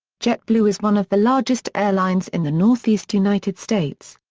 jetblue is one of the largest airlines in the northeast united states.